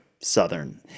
southern